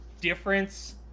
difference